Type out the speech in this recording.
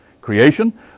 creation